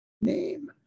name